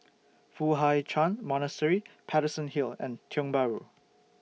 Foo Hai Ch'An Monastery Paterson Hill and Tiong Bahru